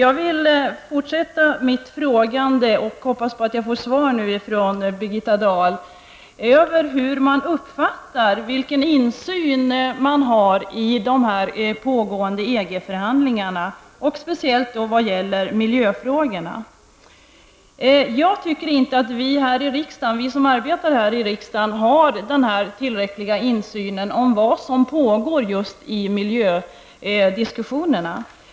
Jag vill fortsätta mitt frågande -- jag hoppas att jag nu får svar av Birgitta Dahl -- om vilken insyn regeringen uppfattar att vi har i de pågående EG förhandlingarna, speciellt när det gäller miljöfrågorna. Jag tycker inte att vi som arbetar här i riksdagen har en tillräcklig insyn i vad som pågår just i miljödiskussionerna.